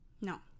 No